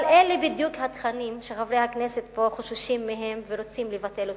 אבל אלה בדיוק התכנים שחברי הכנסת פה חוששים מהם ורוצים לבטל אותם,